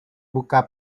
buka